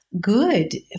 good